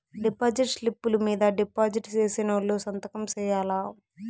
deposit స్లిప్పులు మీద deposit సేసినోళ్లు సంతకం సేయాల్ల